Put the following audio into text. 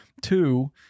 Two